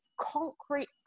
concrete